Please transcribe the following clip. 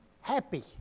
happy